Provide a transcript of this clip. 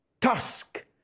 tusk